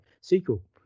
sequel